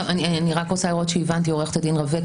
אני רק רוצה לראות שהבנתי, עו"ד רווה.